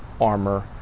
armor